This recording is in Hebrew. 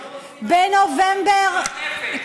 כי היום עושים עבודות עם פיקוח נפש.